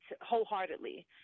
wholeheartedly